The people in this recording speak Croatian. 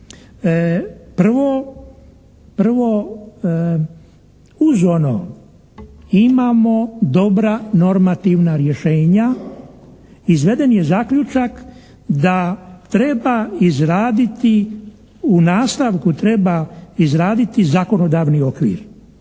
prvo uz ono imamo dobra normativna rješenja izveden je zaključak da treba izraditi, u nastavku treba izraditi zakonodavni okvir.